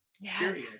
Yes